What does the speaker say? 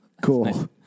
Cool